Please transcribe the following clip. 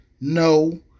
no